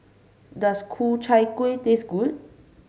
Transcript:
does Ku Chai Kueh taste good